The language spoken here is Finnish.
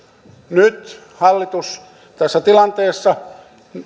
nyt hallitus tässä tilanteessa